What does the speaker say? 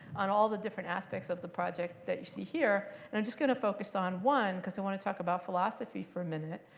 on all the different aspects of the project that you see here. and i'm just going to focus on one because i want to talk about philosophy for a minute.